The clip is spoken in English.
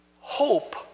hope